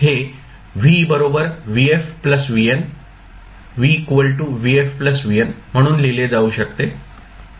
हे म्हणून लिहिले जाऊ शकते